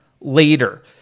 later